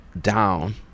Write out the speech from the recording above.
down